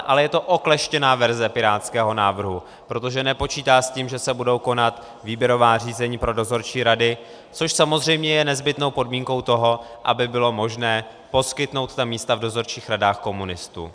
Ale je to okleštěná verze pirátského návrhu, protože nepočítá s tím, že se budou konat výběrová řízení pro dozorčí rady, což je samozřejmě nezbytnou podmínkou toho, aby bylo možné poskytnout ta místa v dozorčích radách komunistům.